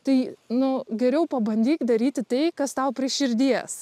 tai nu geriau pabandyk daryti tai kas tau prie širdies